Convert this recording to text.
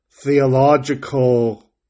Theological